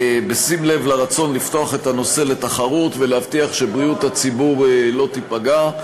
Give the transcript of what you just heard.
בשים לב לרצון לפתוח את הנושא לתחרות ולהבטיח שבריאות הציבור לא תיפגע.